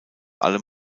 allem